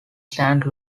saint